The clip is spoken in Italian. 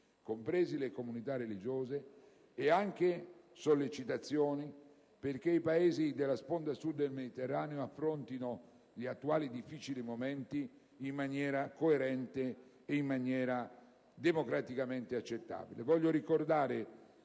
comprese le comunità religiose; e sollecitare i Paesi della sponda Sud del Mediterraneo ad affrontare gli attuali difficili momenti in maniera coerente e democraticamente accettabile.